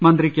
മന്ത്രി കെ